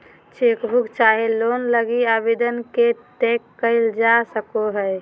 chequebook चाहे loan लगी आवेदन के ट्रैक क़इल जा सको हइ